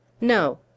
No